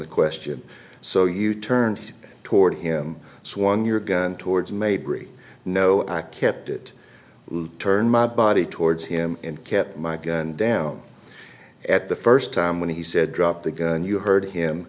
the question so you turned toward him swung your gun towards mayberry no i kept it turned my body towards him and kept my gun down at the first time when he said drop the gun you heard him